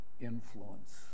influence